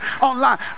online